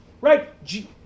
Right